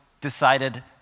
decided